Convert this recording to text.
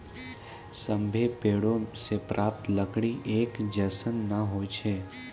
सभ्भे पेड़ों सें प्राप्त लकड़ी एक जैसन नै होय छै